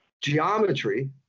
geometry